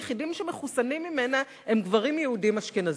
היחידים שמחוסנים ממנה הם גברים יהודים אשכנזים.